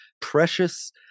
precious